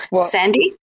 Sandy